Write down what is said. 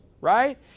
right